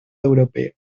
europeo